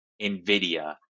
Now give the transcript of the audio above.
Nvidia